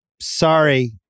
sorry